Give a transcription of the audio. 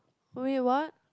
who you are